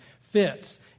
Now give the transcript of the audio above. fits